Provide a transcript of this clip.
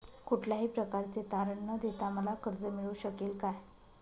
कुठल्याही प्रकारचे तारण न देता मला कर्ज मिळू शकेल काय?